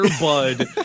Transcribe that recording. bud